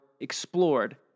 explored